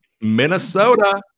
Minnesota